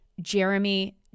Jeremy